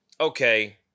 okay